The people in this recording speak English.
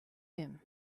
him